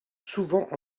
souvent